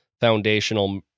foundational